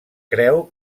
creu